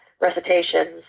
recitations